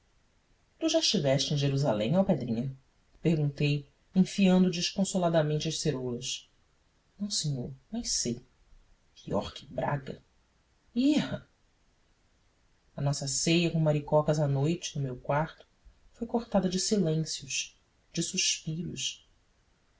tu já estiveste em jerusalém alpedrinha perguntei enfiando desconsoladamente as ceroulas não senhor mas sei pior que braga irra a nossa ceia com maricocas à noite no meu quarto foi cortada de silêncios de suspiros